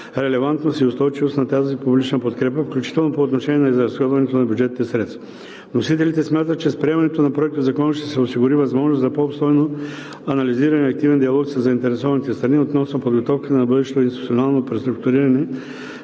релевантност и устойчивост на тази публична подкрепа, включително по отношение на изразходването на бюджетните средства. Вносителите смятат, че с приемането на Законопроекта ще се осигури възможност за по-обстойно анализиране и активен диалог със заинтересованите страни относно подготовката на бъдещото институционално преструктуриране